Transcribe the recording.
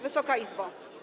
Wysoka Izbo!